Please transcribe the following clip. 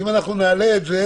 אם אנחנו נעלה את זה